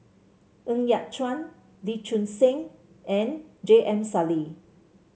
Ng Yat Chuan Lee Choon Seng and J M Sali